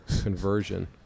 conversion